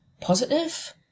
positive